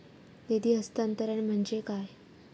निधी हस्तांतरण म्हणजे काय?